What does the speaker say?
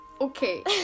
okay